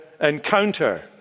encounter